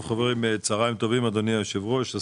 צוהריים טובים, אדוני היושב ראש, השרים,